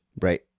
right